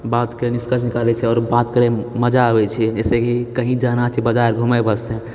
बातके निष्कर्ष निकालय छी आओर बात करैमे मजा आबैछे जैसेकि कहीं जाना छै बाजार घुमय वास्ते